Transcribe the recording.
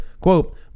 quote